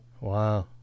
Wow